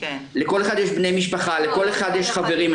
לכל אחד יש חברים,